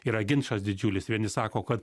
yra ginčas didžiulis vieni sako kad